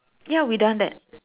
ya we done that